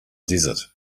desert